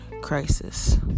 crisis